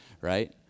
right